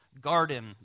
garden